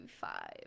five